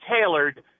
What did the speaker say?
tailored